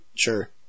Sure